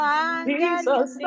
Jesus